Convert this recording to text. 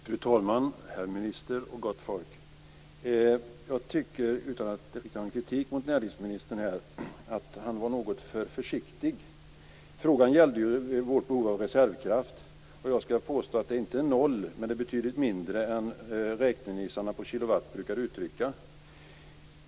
Fru talman, herr minister och gott folk! Jag tycker, utan att rikta någon kritik mot näringsministern, att han här var något för försiktig. Frågan gällde vårt behov av reservkraft. Jag skall inte påstå att det är noll, men det är betydligt mindre än vad räknenissarna på kilowatt brukar uttrycka.